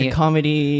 comedy